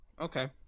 Okay